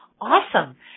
Awesome